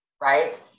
Right